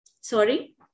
Sorry